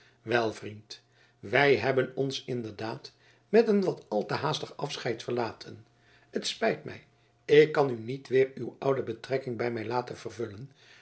wel vriend wij hebben ons indertijd met een wat al te haastig afscheid verlaten het spijt mij ik kan u niet weer uw oude betrekking bij mij laten vervullen